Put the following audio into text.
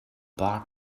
bar